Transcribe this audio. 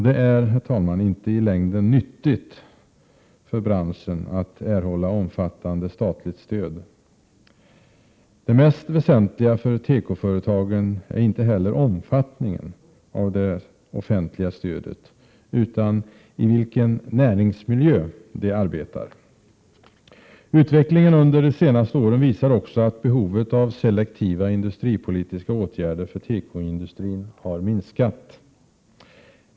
Det är inte i längden nyttigt för branschen att erhålla omfattande statligt stöd. Det mest väsentliga för tekoföretagen är inte heller omfattningen av det offentliga stödet utan i vilken näringsmiljö de arbetar. Utvecklingen under de senaste åren visar också att behovet av selektiva industripolitiska åtgärder för tekoindustrin har minskat.